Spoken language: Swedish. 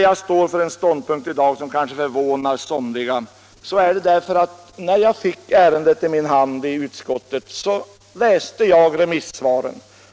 Jag står i dag för en ståndpunkt som kanske förvånar somliga. Anledningen till den är följande. När jag fick ärendet i min hand i utskottet läste jag remissvaren.